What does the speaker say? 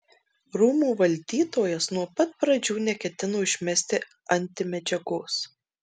rūmų valdytojas nuo pat pradžių neketino išmesti antimedžiagos